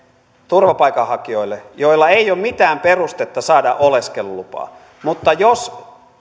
turvapaikanhakijoille joilla ei ole mitään perustetta saada oleskelulupaa mutta